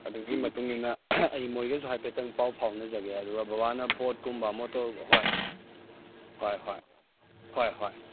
ꯑꯗꯨꯒꯤ ꯃꯇꯨꯡꯏꯟꯅ ꯑꯩ ꯃꯣꯏꯒꯁꯨ ꯍꯥꯏꯐꯦꯠꯇꯪ ꯄꯥꯎ ꯐꯥꯎꯅꯖꯒꯦ ꯑꯗꯨꯒ ꯕꯕꯥꯅ ꯕꯣꯠꯀꯨꯝꯕ ꯃꯣꯇꯣꯔ ꯍꯣꯏ ꯍꯣꯏ ꯍꯣꯏ ꯍꯣꯏ ꯍꯣꯏ